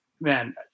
man